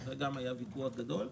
ועל זה גם היה ויכוח גדול.